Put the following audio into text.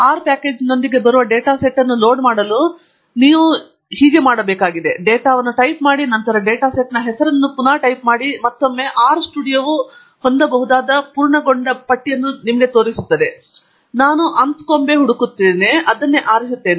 R ಪ್ಯಾಕೇಜ್ನೊಂದಿಗೆ ಬರುವ data set ಅನ್ನು ಲೋಡ್ ಮಾಡಲು ನೀವು ಮಾಡಬೇಕಾಗಿರುವುದು ಡೇಟಾವನ್ನು ಟೈಪ್ ಮಾಡಿ ನಂತರ ಡೇಟಾ ಸೆಟ್ನ ಹೆಸರನ್ನು ಟೈಪ್ ಮಾಡಿ ಮತ್ತು ಮತ್ತೊಮ್ಮೆ R ಸ್ಟುಡಿಯೊವು ಹೊಂದಬಹುದಾದ ಪೂರ್ಣಗೊಂಡ ಪಟ್ಟಿಯನ್ನು ತೋರಿಸುತ್ತದೆ ಮತ್ತು ನಾನು ಆನ್ಸ್ಕೊಂಬೆ ಹುಡುಕುತ್ತಿದ್ದೇವೆ ಅದನ್ನು ಆರಿಸುತ್ತೇನೆ